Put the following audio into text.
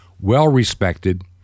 well-respected